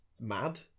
mad